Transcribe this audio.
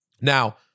Now